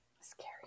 scary